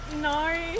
No